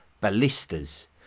ballistas